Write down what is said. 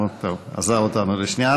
הוא עזב אותנו לשנייה.